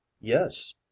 yes